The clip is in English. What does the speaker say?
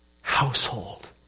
household